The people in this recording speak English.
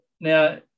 Now